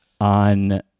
on